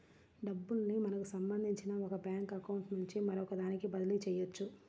డబ్బుల్ని మనకి సంబంధించిన ఒక బ్యేంకు అకౌంట్ నుంచి మరొకదానికి బదిలీ చెయ్యొచ్చు